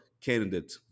candidate